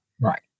right